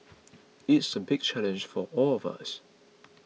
it's a big challenge for all of us